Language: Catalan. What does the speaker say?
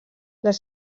les